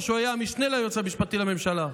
או שהוא היה המשנה ליועץ המשפטי לממשלה?